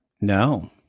No